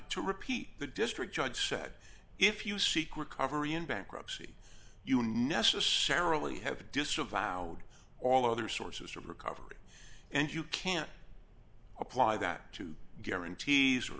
to repeat the district judge said if you seek recovery in bankruptcy you necessarily have disavowed all other sources of recovery and you can't apply that to guarantees or